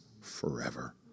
forever